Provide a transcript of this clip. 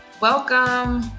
Welcome